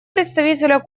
представителя